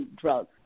drugs